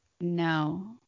No